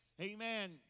Amen